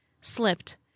slipped